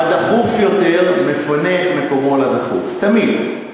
הדחוף יותר מפנה את מקומו לדחוף, תמיד.